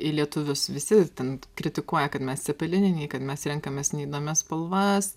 į lietuvius visi ten kritikuoja kad mes cepelininiai kad mes renkamės neįdomias spalvas